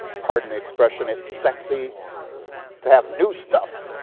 pardon the expression, it's sexy to have new stuff,